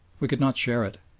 we could not share it.